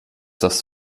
das